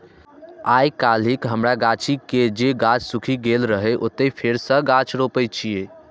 आइकाल्हि हमरा गाछी के जे गाछ सूखि गेल रहै, ओतय फेर सं गाछ रोपै छियै